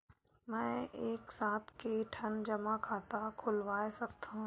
मैं एक साथ के ठन जमा खाता खुलवाय सकथव?